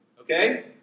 Okay